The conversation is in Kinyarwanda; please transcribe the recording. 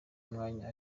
umwanya